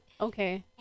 okay